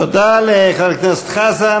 תודה לחבר הכנסת חזן.